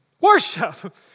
Worship